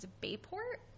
Bayport